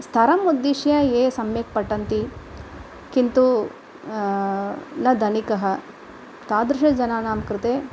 स्तरमुद्दिश्य ये सम्यक् पठन्ति किन्तु न धनिकः तादृश जनानां कृते